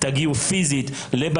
אני רוצה להגיד שאנחנו בתנועה הקיבוצית